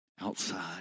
outside